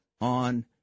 On